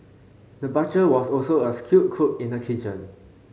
the butcher was also a skilled cook in the kitchen